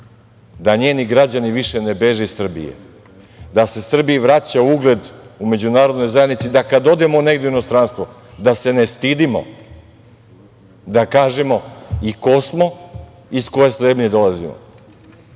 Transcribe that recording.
Da njeni građani više ne beže iz Srbije, da Srbiji vraća ugled u Međunarodnoj zajednici da kada odemo negde u inostranstvo, da se ne stidimo, da kažemo i ko smo, i iz koje sredine dolazimo.A